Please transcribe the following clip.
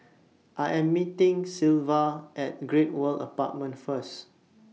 I Am meeting Sylva At Great World Apartments First